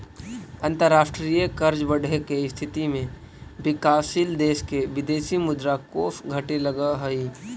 अंतरराष्ट्रीय कर्ज बढ़े के स्थिति में विकासशील देश के विदेशी मुद्रा कोष घटे लगऽ हई